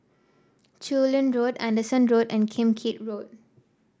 Chu Lin Road Anderson Road and Kim Keat Road